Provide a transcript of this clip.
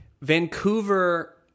Vancouver